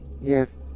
Yes